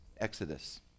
Exodus